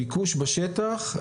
הביקוש בשטח,